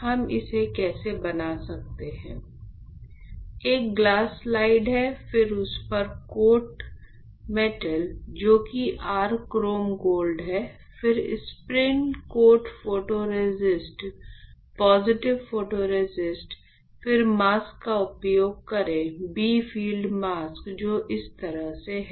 हम इसे कैसे बना सकते हैं एक ग्लास स्लाइड लें फिर उस पर कोट मेटल जो कि r क्रोम गोल्ड है फिर spin coat photoresist positive photoresist फिर मास्क का उपयोग करें बी फील्ड मास्क जो इस तरह से हैं